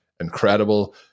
incredible